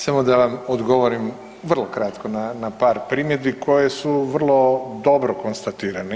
Samo da vam odgovorim vrlo kratko na par primjedbi koje su vrlo dobro konstatirane.